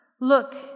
Look